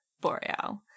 Boreal